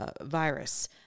virus